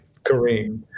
Kareem